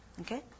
Okay